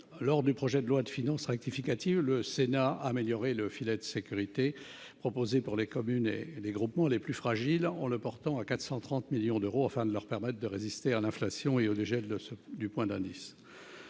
lors du projet de loi de finances rectificative le Sénat améliorer le filet de sécurité proposées pour les communes et les groupements, les plus fragiles, en le portant à 430 millions d'euros, enfin de leur permettent de résister à l'inflation et au dégel de ceux du point d'indice.